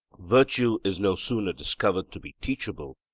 virtue is no sooner discovered to be teachable,